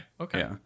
Okay